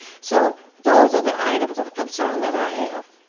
so those are the items of concern that i have.